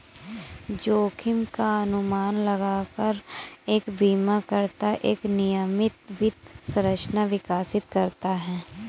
जोखिम का अनुमान लगाकर एक बीमाकर्ता एक नियमित वित्त संरचना विकसित करता है